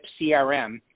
CRM